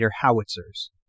howitzers